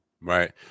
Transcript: Right